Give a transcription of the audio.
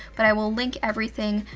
but i will link everything,